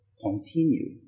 Continue